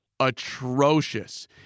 atrocious